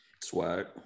Swag